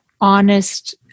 honest